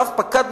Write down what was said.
רב-פקד,